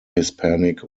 hispanic